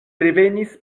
revenis